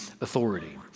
authority